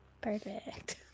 Perfect